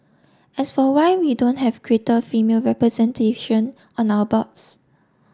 as for why we don't have greater female representation on our boards